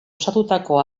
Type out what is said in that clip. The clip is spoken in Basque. osatutako